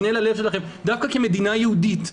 דווקא כמדינה יהודית,